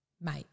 mate